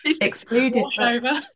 excluded